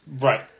Right